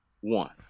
One